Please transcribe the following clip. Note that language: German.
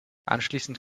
anschließend